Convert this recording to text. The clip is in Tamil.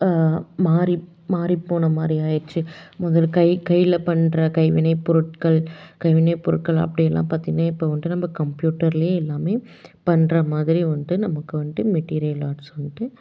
மாறி மாறி போன மாதிரி ஆகிடுச்சு முதல்ல கை கையில் பண்ணுற கைவினை பொருட்கள் கைவினை பொருட்கள் அப்படியெல்லாம் பார்த்திங்கன்னா இப்போ வந்துட்டு நம்ம கம்பியூட்டர்லேயே எல்லாம் பண்ணுற மாதிரி வந்துட்டு நமக்கு வந்துட்டு மெட்டீரியல் ஆர்ட்ஸு வந்துட்டு